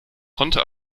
konnte